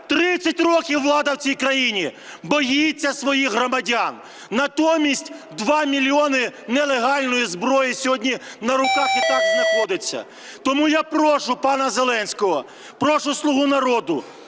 30 років влада в цій країні боїться своїх громадян. Натомість 2 мільйони нелегальної зброї сьогодні на руках і так знаходиться. Тому я прошу пана Зеленського, прошу "Слугу народу"